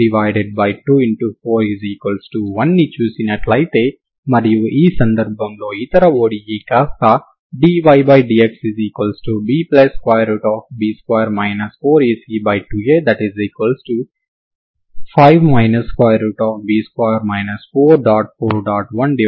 41ని చూసినట్లయితే మరియు ఈ సందర్భంలో ఇతర ODE కాస్తా dydxB B2 4AC2A 5 52 4